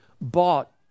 bought